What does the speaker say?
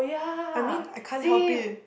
I mean I can't help it